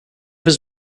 his